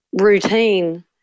routine